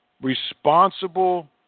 responsible